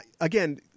again